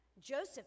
Joseph